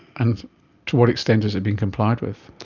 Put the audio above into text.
and to what extent has it been complied with?